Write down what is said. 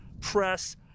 press